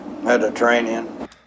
Mediterranean